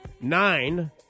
Nine